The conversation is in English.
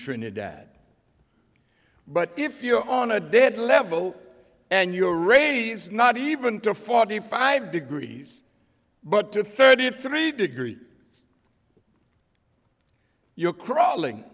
trinidad but if you're on a dead level and you're a he's not even to forty five degrees but to thirty three degree you're crawling